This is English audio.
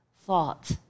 thought